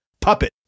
puppet